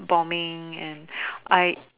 bombing and I